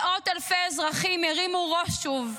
מאות אלפי אזרחים הרימו ראש שוב,